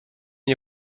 nie